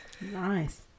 Nice